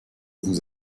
vous